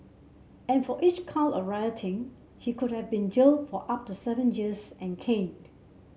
and for each count of rioting he could have been jailed for up to seven years and caned